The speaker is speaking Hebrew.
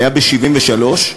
הייתה ב-1973,